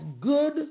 good